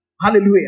Hallelujah